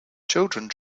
children